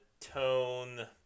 tone